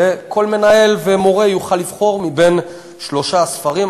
וכל מנהל ומורה יוכל לבחור מבין שלושה ספרים.